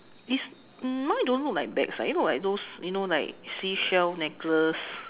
is mine don't look like bags ah you know like those you know like seashell necklace